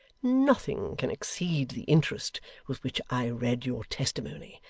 nothing can exceed the interest with which i read your testimony,